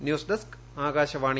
news desk Akashvani